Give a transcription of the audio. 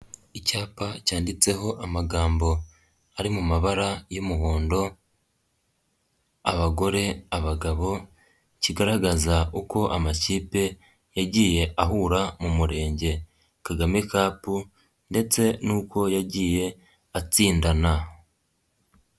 Icyapa cyanditseho amagambo ari mu mabara y'umuhondo abagore, abagabo, kigaragaza uko amakipe yagiye ahura mu murenge kagame cup ndetse n'uko yagiye atsindana.